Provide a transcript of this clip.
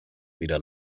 weder